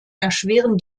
erschweren